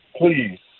please